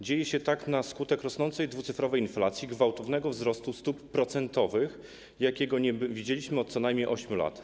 Dzieje się tak na skutek rosnącej, dwucyfrowej inflacji, gwałtownego wzrostu stóp procentowych, jakiego nie widzieliśmy od co najmniej 8 lat.